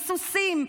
סוסים,